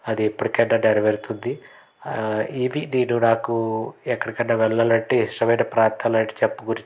అది ఎప్పటికైనా నెరవేరుతుంది ఇవి నేను నాకు ఎక్కడికన్నా వెళ్ళాలంటే ఇష్టమైన ప్రాంతాలంటే చెప్ప గూర్చి